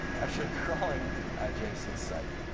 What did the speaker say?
actually crawling ah jason's site,